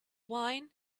wine